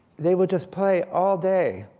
they would just play all day.